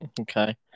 Okay